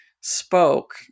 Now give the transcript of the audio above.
spoke